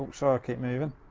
sorry, i keep movin'.